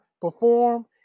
perform